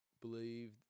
believe